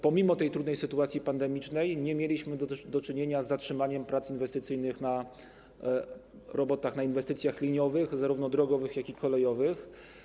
Pomimo tej trudnej sytuacji pandemicznej nie mieliśmy do czynienia z zatrzymaniem prac inwestycyjnych w przypadku robót, inwestycji liniowych, zarówno drogowych, jak i kolejowych.